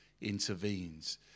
intervenes